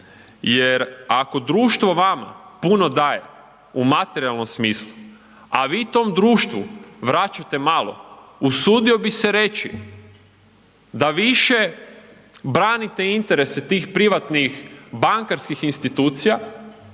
jer ako društvo vama puno daje u materijalnom smislu, a vi tom društvu vraćate malo, usudio bi se reći da više branite interese tih privatnih bankarskih institucija